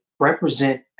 represent